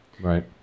Right